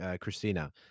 Christina